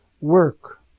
Work